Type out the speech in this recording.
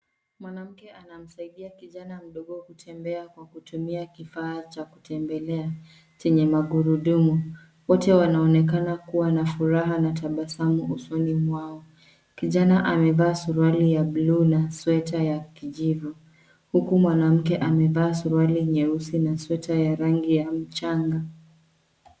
Mwanamke anamsaidia kijana mdogo kutembea kwa kutumia kifaa cha kutembelea chenye magurudumu. Wote wanaonekana kuwa na furaha na tabasamu usoni mwao. Kijana amevaa suruali ya bluu na sweta ya kijivu, huku mwanamke amevaa suruali nyeusi na sweta ya rangi ya mchanga.